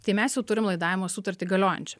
tai mes jau turim laidavimo sutartį galiojančią